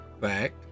Fact